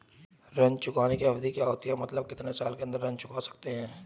ऋण चुकाने की अवधि क्या होती है मतलब कितने साल के अंदर ऋण चुका सकते हैं?